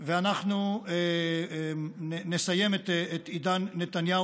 ואנחנו נסיים את עידן נתניהו.